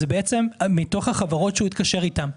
זה בעצם מתוך החברות שהוא התקשר איתן.